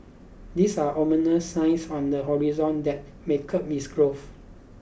these are ominous signs on the horizon that may curb its growth